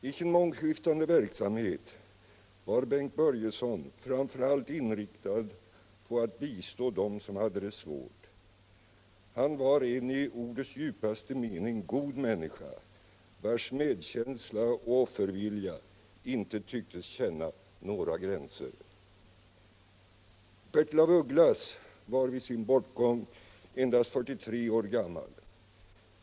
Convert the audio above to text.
I sin mångskiftande verksamhet var Bengt Börjesson framför allt inriktad på att bistå dem som hade det svårt. Han var en i ordets djupaste mening god människa, vars medkänsla och offervilja inte tycktes känna några gränser. Bertil af Ugglas var vid sin bortgång endast 43 år gammal.